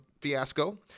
fiasco